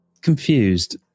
confused